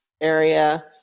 area